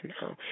No